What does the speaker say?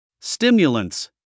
Stimulants